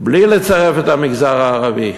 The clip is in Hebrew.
בלי לצרף את המגזר הערבי.